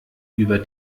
über